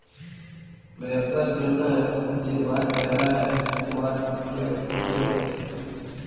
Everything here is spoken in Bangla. ব্যবসার জ্যনহে যে মাছ ধ্যরা হ্যয় উয়ার অলেক পদ্ধতি থ্যাকে